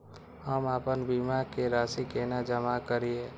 हम आपन बीमा के राशि केना जमा करिए?